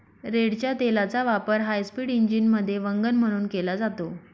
रेडच्या तेलाचा वापर हायस्पीड इंजिनमध्ये वंगण म्हणून केला जातो